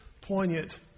poignant